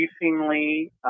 increasingly